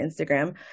Instagram